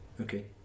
Okay